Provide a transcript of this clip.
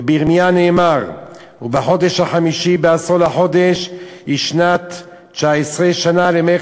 ובירמיה נאמר: "ובחדש החמישי בעשור לחדש היא שנת תשע עשרה שנה למלך